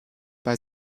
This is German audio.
bei